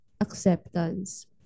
acceptance